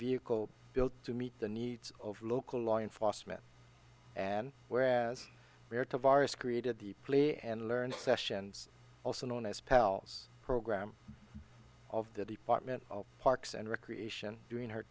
vehicle built to meet the needs of local law enforcement and where as where to virus created the play and learned sessions also known as pal this program of the department of parks and recreation during her